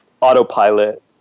autopilot